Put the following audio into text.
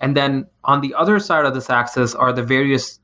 and then on the other side of this axis are the various